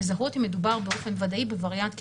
לזהות אם מדובר באופן ודאי אם כן או לא מדובר בווריאנט,